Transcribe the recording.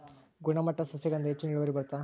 ಗುಣಮಟ್ಟ ಸಸಿಗಳಿಂದ ಹೆಚ್ಚು ಇಳುವರಿ ಬರುತ್ತಾ?